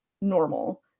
normal